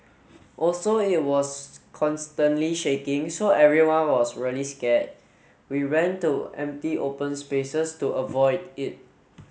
also it was constantly shaking so everyone was really scared we ran to empty open spaces to avoid it